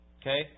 Okay